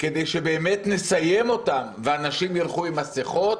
כדי שבאמת נסיים אותם ואנשים ילכו עם מסכות,